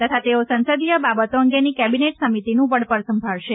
તથા તેઓ સંસદીય બાબતો અંગેની કેબિનેટ સમિતિનું વડપણ સંભાળશે